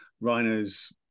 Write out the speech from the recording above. rhinos